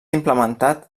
implementat